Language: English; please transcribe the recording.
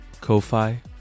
Ko-Fi